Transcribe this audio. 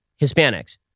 Hispanics